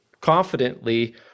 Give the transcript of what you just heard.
confidently